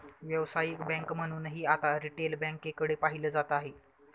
व्यावसायिक बँक म्हणूनही आता रिटेल बँकेकडे पाहिलं जात आहे